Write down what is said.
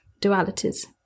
dualities